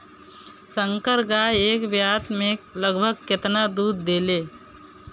संकर गाय एक ब्यात में लगभग केतना दूध देले?